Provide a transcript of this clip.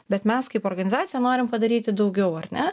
bet mes kaip organizacija norim padaryti daugiau ar ne